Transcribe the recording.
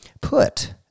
put